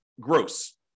gross